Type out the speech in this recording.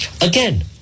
again